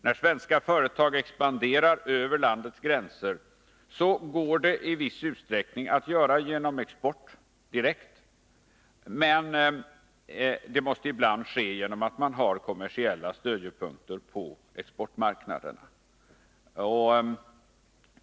När svenska företag expanderar över landets gränser är detta möjligt i viss utsträckning genom export direkt, men det måste ibland ske genom kommersiella stödpunkter på exportmarknaden.